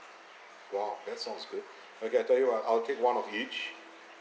!wow! that sounds good okay I'll tell you what I'll take one of each